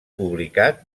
publicat